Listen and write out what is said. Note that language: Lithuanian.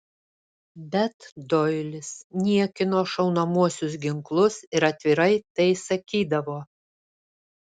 bet doilis niekino šaunamuosius ginklus ir atvirai tai sakydavo